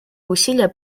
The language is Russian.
усилия